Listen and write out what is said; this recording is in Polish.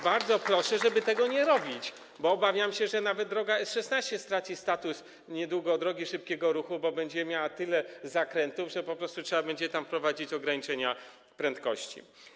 Bardzo proszę, żeby tego nie robić, bo obawiam się, że nawet droga S16 straci niedługo status drogi szybkiego ruchu, bo będzie miała tyle zakrętów, że po prostu trzeba będzie tam wprowadzić ograniczenia prędkości.